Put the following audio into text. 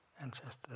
ancestors